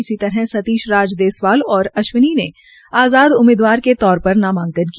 इसी तरह सतीश राज देसवाल और अश्विनी ने आज़ाद उम्मीदवार के तौर पर नामांकन किया